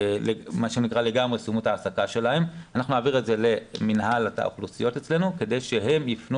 וסיימו לגמרי את ההעסקה שלהן למינהל האוכלוסיות אצלנו כדי שהם יפנו